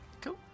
cool